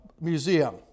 museum